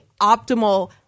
optimal